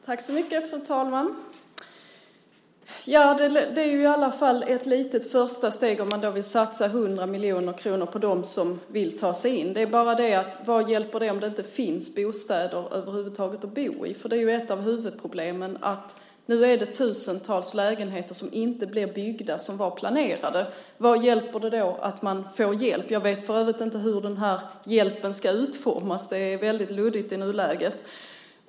Fru talman! Ja, det är i alla fall ett litet första steg att man då vill satsa 100 miljoner kronor på dem som vill ta sig in. Men vad hjälper det om det över huvud taget inte finns bostäder att bo i? Det är ju ett av huvudproblemen. Nu är det tusentals lägenheter som inte blir byggda, som var planerade. Vad hjälper det då att man får hjälp? Jag vet för övrigt inte hur den här hjälpen ska utformas. Det är väldigt luddigt i nuläget.